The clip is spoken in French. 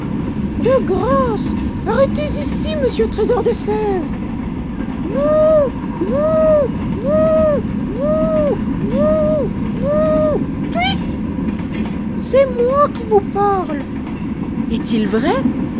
de grâce arrêtez ici monsieur trésor des fèves bou bou bou bou bou bou tui c'est moi qui vous parle est-il vrai